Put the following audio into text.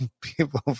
people